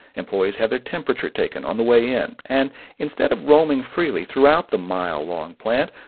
employees have their temperature taken on the way in. and instead of roaming freely throughout the mile-long plant,